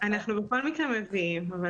בכל מקרה אנחנו מביאים.